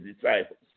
disciples